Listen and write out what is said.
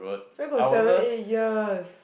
where got seven eight years